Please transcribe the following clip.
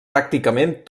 pràcticament